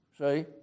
See